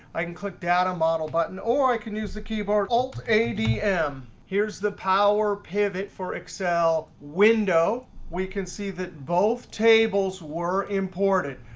i can click data model button, or i can use the keyboard, alt, a, d, m. here's the power pivot for excel window. we can see that both tables were imported.